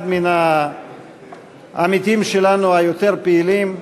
אחד מן העמיתים היותר-פעילים שלנו,